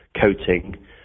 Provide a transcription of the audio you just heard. coating